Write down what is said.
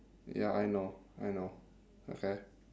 ya I know I know okay